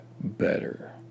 better